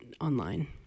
online